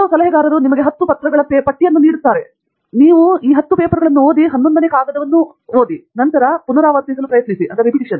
ಕೆಲವು ಸಲಹಾಕಾರರು ನಿಮಗೆ 10 ಪತ್ರಗಳ ಪಟ್ಟಿಯನ್ನು ನೀಡುವ ಮಟ್ಟಿಗೆ ಹೋಗುತ್ತಾರೆ ನೀವು ಈ 10 ಪೇಪರ್ಗಳನ್ನು ಓದಿದ್ದು ಈ 11 ನೇ ಕಾಗದವನ್ನು ಓದಿ ನಂತರ ಪುನರಾವರ್ತಿಸಲು ಪ್ರಯತ್ನಿಸಿ ಅವರು ಅದನ್ನು ಮಾಡುತ್ತಾರೆ